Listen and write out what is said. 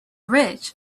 ridge